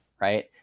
right